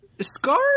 Scar